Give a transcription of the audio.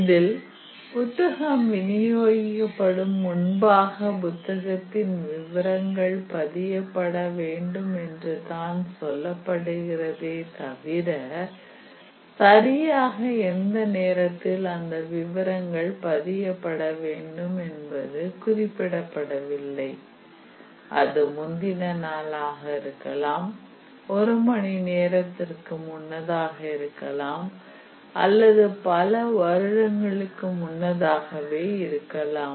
இதில் புத்தகம் விநியோகிக்கப்படும் முன்பாக புத்தகத்தின் விவரங்கள் பதியப்பட வேண்டும் என்றுதான் சொல்லப்படுகிறதே தவிர சரியாக எந்த நேரத்தில் அந்த விவரங்கள் பதியப்பட வேண்டும் என்பது குறிப்பிடப்படவில்லை அது முந்தின நாளாக இருக்கலாம் ஒரு மணி நேரத்திற்கு முன்னதாக இருக்கலாம் அல்லது பல வருடங்களுக்கு முன்னதாகவே இருக்கலாம்